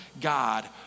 God